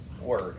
word